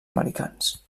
americans